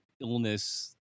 illness